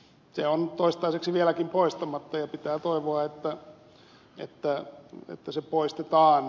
se on toistaiseksi vieläkin poistamatta ja pitää toivoa että se poistetaan